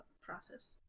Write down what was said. process